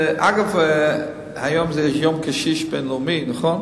אגב, היום זה יום הקשיש הבין-לאומי, נכון?